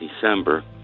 December